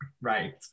Right